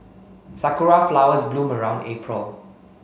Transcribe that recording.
Sakura flowers bloom around April